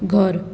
घर